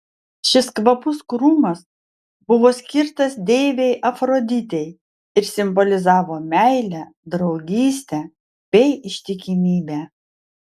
šis kvapus krūmas buvo skirtas deivei afroditei ir simbolizavo meilę draugystę bei ištikimybę